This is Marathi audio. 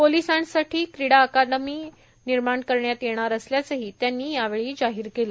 पोलिसांसाठी क्रीडा अकादमी निर्माण करण्यात येणार असल्याचंही त्यांनी यावेळी जाहीर केलं